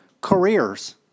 careers